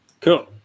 cool